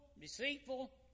deceitful